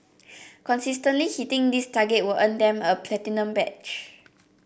consistently hitting this target will earn them a platinum badge